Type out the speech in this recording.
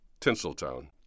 Tinseltown